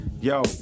Yo